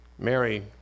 Mary